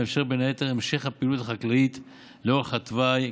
המאפשר בין היתר המשך הפעילות החקלאית לאורך התוואי.